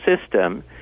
system